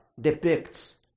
depicts